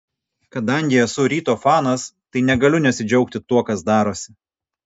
kadangi esu ryto fanas tai negaliu nesidžiaugti tuo kas darosi